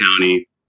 County